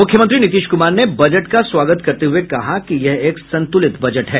मुख्यमंत्री नीतीश कुमार ने बजट का स्वागत करते हुए कहा कि यह एक संतुलित बजट है